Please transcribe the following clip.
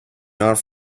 not